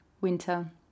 winter